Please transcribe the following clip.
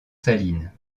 salines